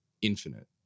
Infinite